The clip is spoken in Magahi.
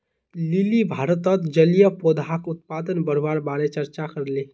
लिली भारतत जलीय पौधाक उत्पादन बढ़वार बारे चर्चा करले